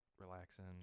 relaxing